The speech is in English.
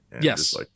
Yes